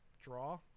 draw